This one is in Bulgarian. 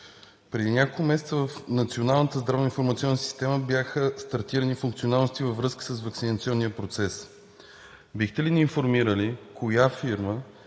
система бяха стартирани функционалности във връзка с ваксинационния процес. Бихте ли ни информирали коя фирма